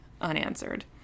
unanswered